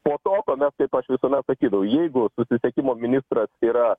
po to ko mes kaip aš visuomet sakydavu jeigu susisiekimo ministras yra